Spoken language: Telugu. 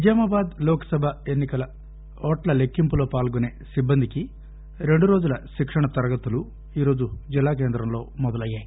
నిజామాబాద్ లోక్ సభ ఎన్సికల ఓట్ల లెక్కింపులో పాల్గొనే సిబ్బందికి రెండు రోజుల శిక్షణా తరగతులు ఈ రోజు జిల్లా కేంద్రంలో మొదలయ్యాయి